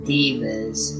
Divas